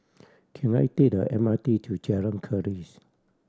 can I take the M R T to Jalan Keris